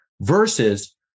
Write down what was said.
versus